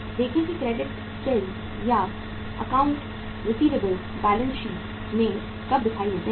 देखें कि credit sales या अकाउंट रिसीवेबल्स बैलेंस शीट में कब दिखाई देते हैं